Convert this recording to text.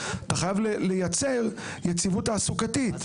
אתה חייב לייצר יציבות תעסוקתית.